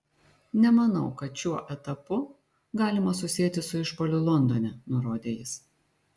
nemanau kad šiuo etapu galima susieti su išpuoliu londone nurodė jis